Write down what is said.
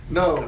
no